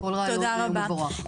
כל רעיון הוא מבורך.